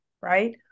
Right